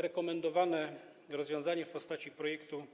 Rekomendowane rozwiązanie w postaci projektu